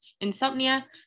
insomnia